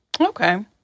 Okay